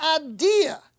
idea